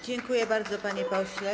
Dziękuję bardzo, panie pośle.